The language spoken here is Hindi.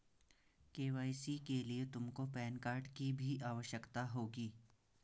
के.वाई.सी के लिए तुमको पैन कार्ड की भी आवश्यकता होगी